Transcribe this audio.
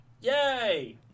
yay